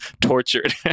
tortured